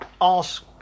ask